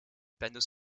panneaux